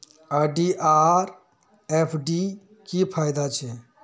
RD आर FD की फ़ायदा छे?